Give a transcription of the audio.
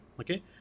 Okay